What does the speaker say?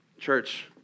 Church